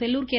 Sellur K